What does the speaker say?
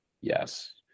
Yes